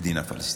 מדינה פלסטינית,